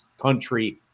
country